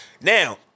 Now